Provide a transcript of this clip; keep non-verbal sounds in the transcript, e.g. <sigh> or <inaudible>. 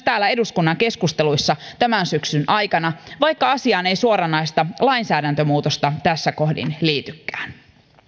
<unintelligible> täällä eduskunnan keskusteluissa tämän syksyn aikana vaikka asiaan ei suoranaista lainsäädäntömuutosta tässä kohdin liitykään